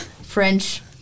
French